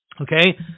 Okay